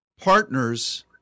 Partners